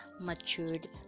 matured